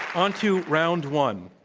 onto round one,